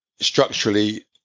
structurally